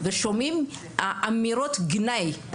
שומעים אמירות גנאי.